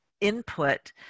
input